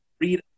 read